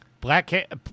Black